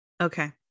okay